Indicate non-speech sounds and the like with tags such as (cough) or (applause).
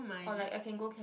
or like I can go (noise)